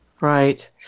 Right